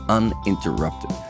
uninterrupted